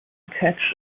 catch